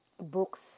books